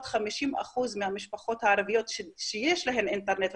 50% מהמשפחות הערביות שיש להן אינטרנט,